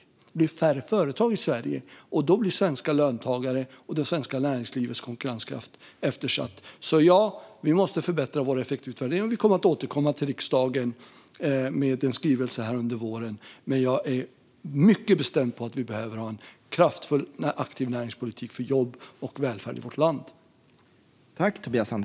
Det blir färre företag i Sverige, och då blir svenska löntagare och det svenska näringslivets konkurrenskraft eftersatt. Ja, vi måste förbättra vår effektivitetsutvärdering. Vi kommer att återkomma till riksdagen med en skrivelse om detta under våren. Men jag är mycket bestämd om att vi behöver en kraftfull och aktiv näringspolitik för jobb och välfärd i vårt land.